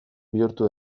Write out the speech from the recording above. bihurtu